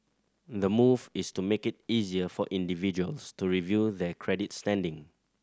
the move is to make it easier for individuals to review their credit standing